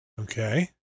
Okay